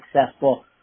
successful